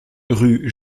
rue